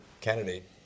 candidate